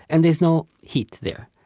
and there's no heat there.